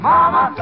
Mama